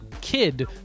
kid